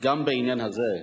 גם בעניין הזה,